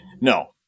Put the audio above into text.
No